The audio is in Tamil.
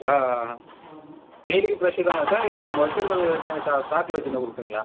ஆ ஆ ஆ டெய்லிக்கும் ஃப்ரேஷ்ஷு தானா சார் இல்லை நம்ம வச்சுருந்தது ஏற்கனவே ஸ்டா ஸ்டாக்கில் வச்சுருந்து கொடுப்பீங்களா